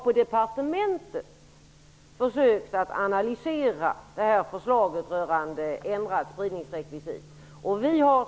På departementet har vi försökt analysera förslaget om ändrat spridningsrekvisit.